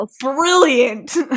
brilliant